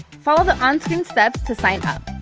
follow the on-screen steps to sign up.